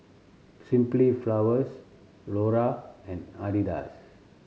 Simply Flowers Lora and Adidas